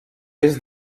est